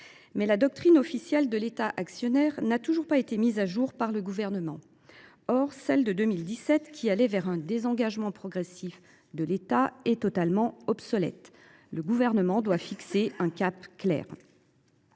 Mais la doctrine officielle de l’État actionnaire n’a toujours pas été mise à jour par le Gouvernement. Or celle de 2017, qui allait vers un désengagement progressif de l’État, est totalement obsolète. Le Gouvernement doit fixer un cap clair.